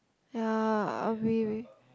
ya I'll be with